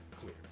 clear